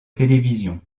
télévision